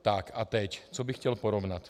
Tak a teď co bych chtěl porovnat.